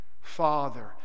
father